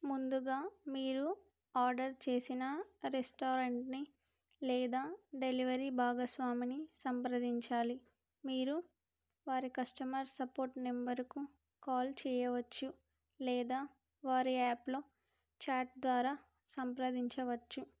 ముందుగా మీరు ఆర్డర్ చేసిన రెస్టారెంట్ని లేదా డెలివరీ భాగస్వామిని సంప్రదించాలి మీరు వారి కస్టమర్ సపోర్ట్ నెంబరుకు కాల్ చేయవచ్చు లేదా వారి యాప్లో చాట్ ద్వారా సంప్రదించవచ్చు